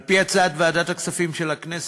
על-פי הצעת ועדת הכספים של הכנסת,